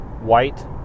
White